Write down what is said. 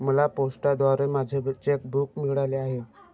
मला पोस्टाद्वारे माझे चेक बूक मिळाले आहे